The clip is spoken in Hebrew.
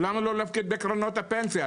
אבל למה לא להפקיד בקרנות הפנסיה?